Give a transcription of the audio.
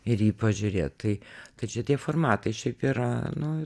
ir į jį pažiūrėt tai tai čia tie formatai šiaip yra nu